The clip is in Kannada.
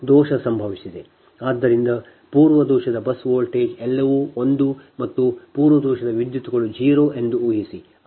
ಆದ್ದರಿಂದ ಪೂರ್ವ ದೋಷದ ಬಸ್ ವೋಲ್ಟೇಜ್ ಎಲ್ಲವೂ ಒಂದು ಮತ್ತು ಪೂರ್ವ ದೋಷದ ವಿದ್ಯುತ್ಗಳು 0 ಎಂದು ಊಹಿಸಿ